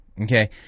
okay